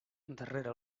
darrere